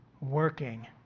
working